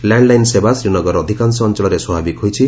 landline ସେବା ଶ୍ରୀନଗରର ଅଧିକାଂଶ ଅଞ୍ଚଳରେ ସ୍ପାଭାବିକ ହୋଇଛି